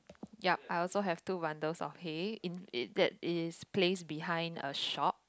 ya I also have two bundle of hay in it that is placed behind a shop